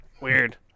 weird